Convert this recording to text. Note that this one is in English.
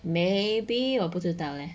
maybe 我不知道 leh